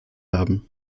haben